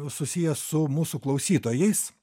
susijęs su mūsų klausytojais